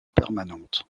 permanente